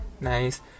nice